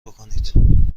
بکنید